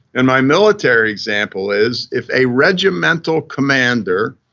and my military example is if a regimental commander